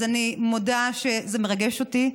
אז אני מודה שזה מרגש אותי.